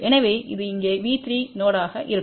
எனவே அதுஇங்கேV3நோடுவாக இருக்கும்